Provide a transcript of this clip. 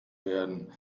werden